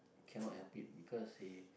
cannot help it because he